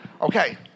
Okay